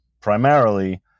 primarily